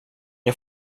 jag